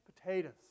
potatoes